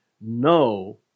no